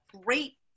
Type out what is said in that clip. great